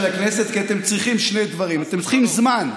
הכנסת כי אתם צריכים שני דברים: אתם צריכים זמן.